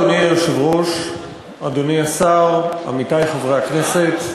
אדוני היושב-ראש, אדוני השר, עמיתי חברי הכנסת,